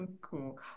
Cool